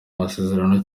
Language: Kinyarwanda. masezerano